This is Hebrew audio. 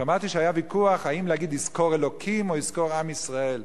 שמעתי שהיה ויכוח אם להגיד "יזכור אלוקים" או "יזכור עם ישראל".